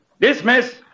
Dismiss